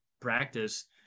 practice